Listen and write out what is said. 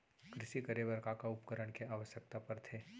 कृषि करे बर का का उपकरण के आवश्यकता परथे?